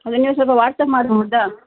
ಅದನ್ನು ನೀವು ಸ್ವಲ್ಪ ವಾಟ್ಸಾಪ್ ಮಾಡ್ಬೋದ